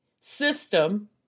system